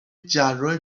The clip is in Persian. جراح